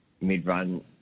mid-run